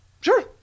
Sure